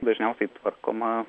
dažniausiai tvarkoma